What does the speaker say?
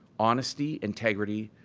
honesty, integrity,